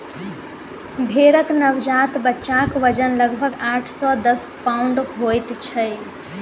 भेंड़क नवजात बच्चाक वजन लगभग आठ सॅ दस पाउण्ड होइत छै